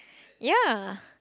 ya